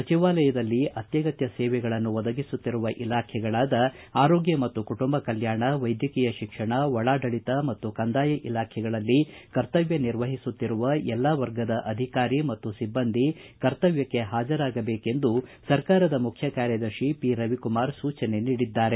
ಸಚಿವಾಲಯದಲ್ಲಿ ಅತ್ಯಗತ್ತ ಸೇವೆಗಳನ್ನು ಒದಗಿಸುತ್ತಿರುವ ಇಲಾಖೆಗಳಾದ ಆರೋಗ್ಯ ಮತ್ತು ಕುಟುಂಬ ಕಲ್ಕಾಣ ವೈದ್ಯಕೀಯ ಶಿಕ್ಷಣ ಒಳಾಡಳಿತ ಮತ್ತು ಕಂದಾಯ ಇಲಾಖೆಗಳಲ್ಲಿ ಕರ್ತವ್ಯ ನಿರ್ವಹಿಸುತ್ತಿರುವ ಎಲ್ಲಾ ವರ್ಗದ ಅಧಿಕಾರಿ ಮತ್ತು ಸಿಬ್ಲಂದಿ ಕರ್ತವ್ಯಕ್ಷೆ ಹಾಜರಾಗಬೇಕೆಂದು ಸರ್ಕಾರದ ಮುಖ್ಯ ಕಾರ್ಯದರ್ಶಿ ಪಿರವಿಕುಮಾರ್ ಸೂಚನೆ ನೀಡಿದ್ದಾರೆ